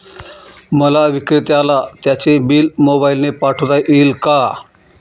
मला विक्रेत्याला त्याचे बिल मोबाईलने पाठवता येईल का?